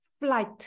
flight